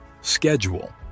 schedule